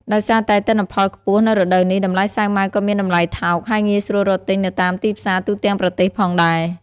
ដោយសារតែទិន្នផលខ្ពស់នៅរដូវនេះ តម្លៃសាវម៉ាវក៏មានតម្លៃថោក ហើយងាយស្រួលរកទិញនៅតាមទីផ្សារទូទាំងប្រទេសផងដែរ។